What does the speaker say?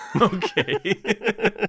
okay